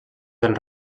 del